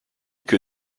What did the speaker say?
que